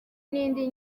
n’indi